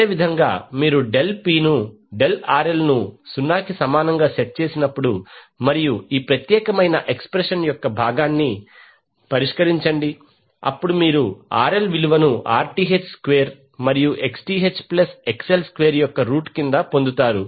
అదేవిధంగా మీరు del P ను డెల్ RL ను 0 కి సమానంగా సెట్ చేసినప్పుడు మరియు ఈ ప్రత్యేకమైన ఎక్స్ప్రెషన్ యొక్క భాగాన్ని పరిష్కరించండి అప్పుడు మీరు RL విలువను Rth స్క్వేర్ మరియు Xth ప్లస్ XL స్క్వేర్ యొక్క రూట్ కింద పొందుతారు